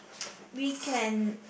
we can